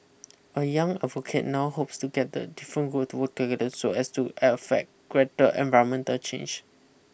a young advocate now hopes to get the different group to work together so as to effect greater environmental change